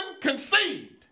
conceived